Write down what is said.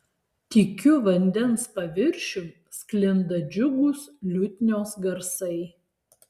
tykiu vandens paviršium sklinda džiugūs liutnios garsai